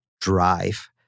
drive